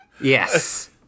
Yes